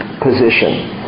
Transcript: position